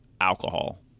alcohol